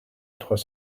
trois